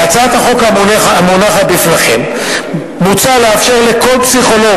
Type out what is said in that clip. בהצעת החוק המונחת לפניכם מוצע לאפשר לכל פסיכולוג